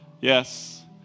Yes